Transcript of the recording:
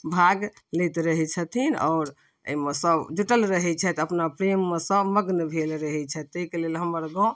भाग लैत रहैत छथिन आओर एहिमे सभ जुटल रहैत छथि अपना प्रेममे सभ मग्न भेल रहैत छथि ताहिके लेल हमर गाँव